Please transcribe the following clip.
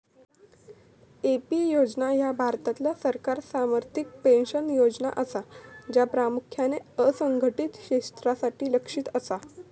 AP योजना ह्या भारतातल्या सरकार समर्थित पेन्शन योजना असा, ज्या प्रामुख्यान असंघटित क्षेत्रासाठी लक्ष्यित असा